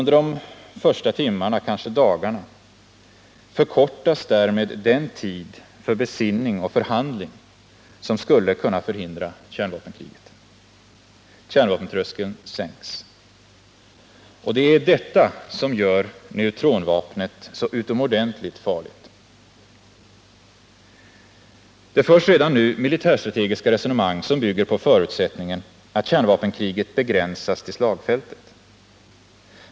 Därmed förkortas den tid under de första timmarna, kanske dagarna, för besinning och förhandlingar som skulle kunna förhindra kärnvapenkriget. Kärnvapentröskeln sänks. Det är detta som gör neutronvapnet så utomordentligt farligt. Det förs redan nu militärstrategiska resonemang som bygger på förutsättningen att kärnvapenkriget begränsas till slagfältet.